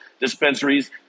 dispensaries